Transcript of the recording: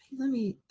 let me